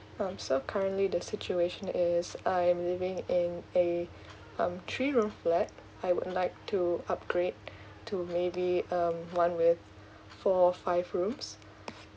um so currently the situation is I'm living in a um three room flat I would like to upgrade to maybe um one with four or five rooms